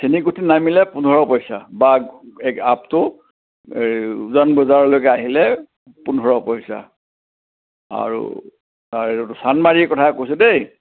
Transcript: চেনীকুঠীত নামিলে পোন্ধৰ পইচা বা আপ টু উজান বজাৰৰলৈকে আহিলে পোন্ধৰ পইছা আৰু আৰু চান্দমাৰীৰ কথা কৈছোঁ দেই